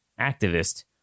activist